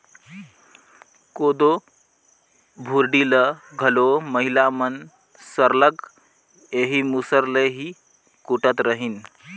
कोदो भुरडी ल घलो महिला मन सरलग एही मूसर ले ही कूटत रहिन